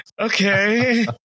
Okay